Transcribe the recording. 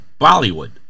Bollywood